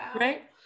right